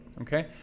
Okay